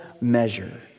measure